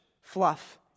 fluff